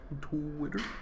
Twitter